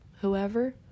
whoever